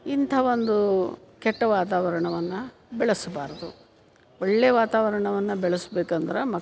ಇಂಥ ಒಂದು ಕೆಟ್ಟ ವಾತಾವರಣವನ್ನು ಬೆಳೆಸಬಾರ್ದು ಒಳ್ಳೆಯ ವಾತಾವರಣವನ್ನು ಬೆಳಸ್ಬೇಕೆಂದ್ರೆ ಮತ್ತು